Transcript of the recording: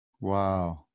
wow